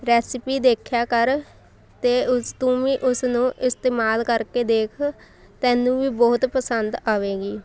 recipe ਦੇਖਿਆ ਕਰ ਅਤੇ ਉਸ ਤੂੰ ਵੀ ਉਸਨੂੰ ਇਸਤੇਮਾਲ ਕਰਕੇ ਦੇਖ ਤੈਨੂੰ ਵੀ ਬਹੁਤ ਪਸੰਦ ਆਵੇਗੀ